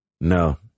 No